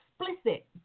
explicit